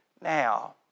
now